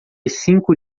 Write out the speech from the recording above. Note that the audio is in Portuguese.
cinco